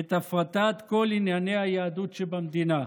את הפרטת כל ענייני היהדות שבמדינה.